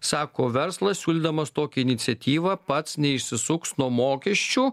sako verslas siūlydamas tokią iniciatyvą pats neišsisuks nuo mokesčių